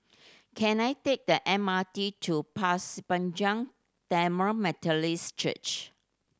can I take the M R T to Pasir Panjang Tamil Methodist Church